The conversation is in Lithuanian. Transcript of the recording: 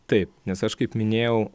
taip nes aš kaip minėjau